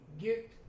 get